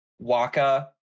Waka